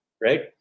Right